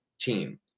team